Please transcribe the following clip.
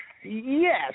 Yes